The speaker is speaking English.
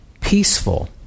peaceful